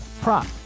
prop